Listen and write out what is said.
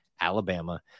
Alabama